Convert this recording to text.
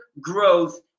growth